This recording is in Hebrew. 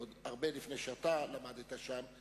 עוד הרבה לפני שאתה למדת שם,